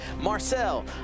Marcel